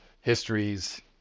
histories